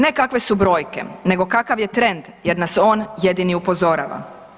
Ne kakve su brojke, nego kakav je trend, jer nas on jedini upozorava.